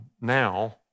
now